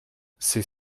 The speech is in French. c’est